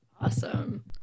awesome